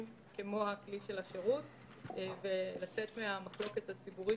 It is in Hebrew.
כמו הכלי של השירות כדי לצאת מהמחלוקת הציבורית